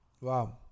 Wow